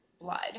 blood